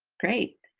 great,